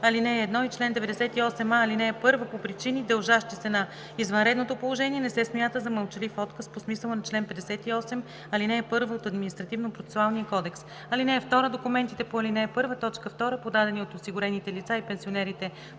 ал. 1 и чл. 98, ал. 1 по причини, дължащи се на извънредното положение, не се смята за мълчалив отказ по смисъла на чл. 58, ал. 1 от Административнопроцесуалния кодекс. (2) Документите по ал. 1, т. 2, подадени от осигурените лица и пенсионерите